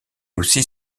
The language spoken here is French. aussi